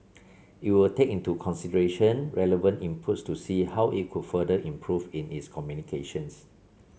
it will take into consideration relevant inputs to see how it could further improve in its communications